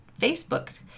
Facebook